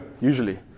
usually